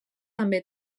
també